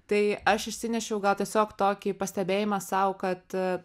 tai aš išsinešiau gal tiesiog tokį pastebėjimą sau kad